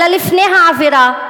אלא לפני העבירה,